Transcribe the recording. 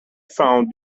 found